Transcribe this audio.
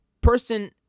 person